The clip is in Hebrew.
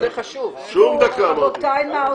רבותיי, אני פותח את הישיבה.